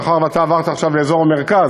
מאחר שאתה עברת עכשיו לאזור המרכז,